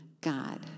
God